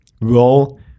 role